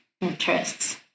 interests